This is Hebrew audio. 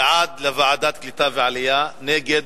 בעד, לוועדת הקליטה והעלייה, נגד,